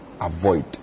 avoid